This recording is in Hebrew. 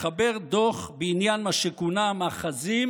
לחבר דוח בעניין מה שכונה "מאחזים